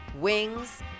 wings